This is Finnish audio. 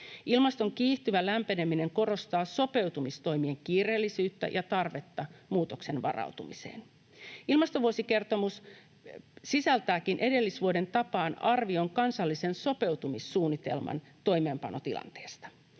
Ilmaston kiihtyvä lämpeneminen korostaa sopeutumistoimien kiireellisyyttä ja tarvetta muutokseen varautumiseen. Ilmastovuosikertomus sisältääkin edellisvuoden tapaan arvion kansallisen sopeutumissuunnitelman toimeenpanotilanteesta.